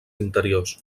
interiors